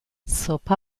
zopa